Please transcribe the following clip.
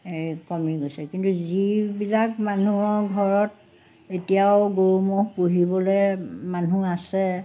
এই কমি গৈছে কিন্তু যিবিলাক মানুহৰ ঘৰত এতিয়াও গৰু ম'হ পুহিবৈ মানুহ আছে